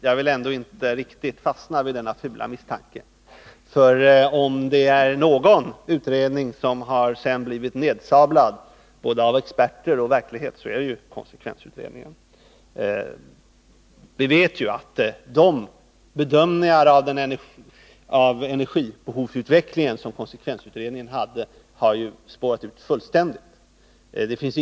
Jag vill ändå inte riktigt fastna för denna fula misstanke, för om det är någon utredning som blivit nedsablad av både experter och verkligheten, så är det konsekvensutredningen. Vi vet att de bedömningar av energibehovsutvecklingen som konsekvensutredningen gjorde fullständigt har spårat ur.